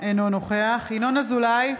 אינו נוכח ינון אזולאי,